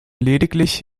lediglich